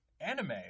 anime